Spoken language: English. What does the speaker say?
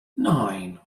nine